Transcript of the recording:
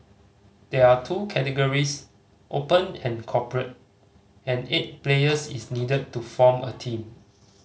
there are two categories Open and Corporate and eight players is needed to form a team